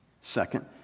second